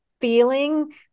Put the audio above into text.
feeling